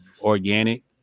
organic